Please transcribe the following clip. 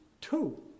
two